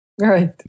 Right